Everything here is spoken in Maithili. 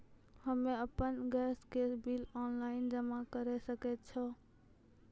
हम्मे आपन गैस के बिल ऑनलाइन जमा करै सकै छौ?